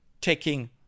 taking